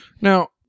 Now